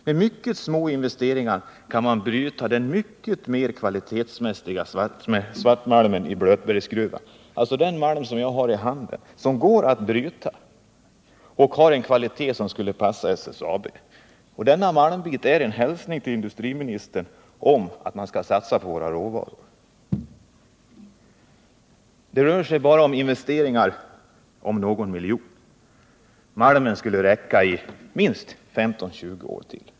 Med mycket små investeringar kan man bryta den mycket mer kvalitetsmässiga svartmalmen i Blötberget — alltså den malm som jag har i handen, som går att bryta och som har en kvalitet som skulle passa SSAB. Denna malmbit är en hälsning till industriministern att man skall satsa på våra gruvor. Här rör det sig bara om investeringar på någon miljon. Malmen skulle räcka i minst 15-20 år till.